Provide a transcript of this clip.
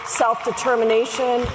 self-determination